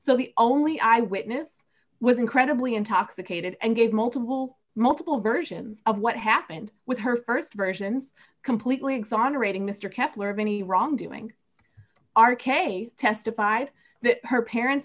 so the only eyewitness was incredibly intoxicated and gave multiple multiple versions of what happened with her st version completely exonerating mr kessler of any wrongdoing r k testified that her parents